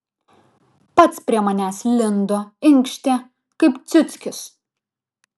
pats prie manęs lindo inkštė kaip ciuckis